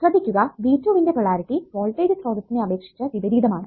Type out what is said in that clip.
ശ്രദ്ധിക്കുക V2 വിന്റെ polarity voltage സ്രോതസ്സിനെ അപേക്ഷിച്ചു വിപരീതമാണ്